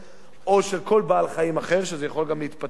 או של כל בעל-חיים אחר, וזה יכול גם להתפתח לשם.